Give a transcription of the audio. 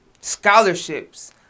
scholarships